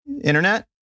internet